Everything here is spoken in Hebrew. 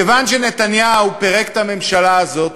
מכיוון שנתניהו פירק את הממשלה הזאת,